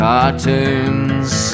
Cartoons